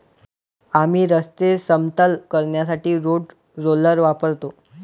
आम्ही रस्ते समतल करण्यासाठी रोड रोलर वापरतो